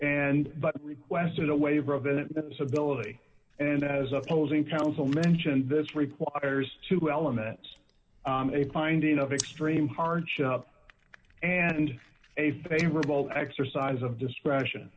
and requested a waiver of an ability and as opposing counsel mentioned this requires two elements a finding of extreme hardship and a favorable exercise of discretion